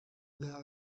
there